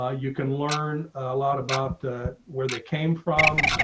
ah you can learn ah lot about where they came from.